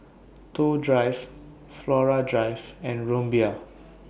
Toh Drive Flora Drive and Rumbia